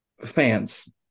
Fans